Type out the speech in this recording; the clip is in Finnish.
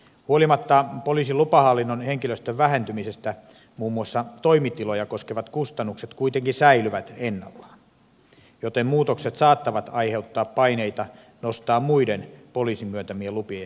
huolimatta poliisin lupahallinnon henkilöstön vähentymisestä muun muassa toimitiloja koskevat kustannukset kuitenkin säilyvät ennallaan joten muutokset saattavat aiheuttaa paineita nostaa muiden poliisin myöntämien lupien hintoja